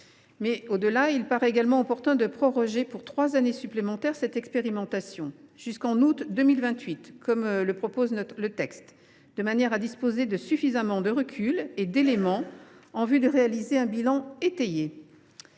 cours. Au delà, il paraît également opportun de proroger pour trois années supplémentaires cette expérimentation, soit jusqu’en août 2028 comme le prévoit le texte, de manière à disposer de suffisamment de recul et de données en vue de réaliser un bilan étayé.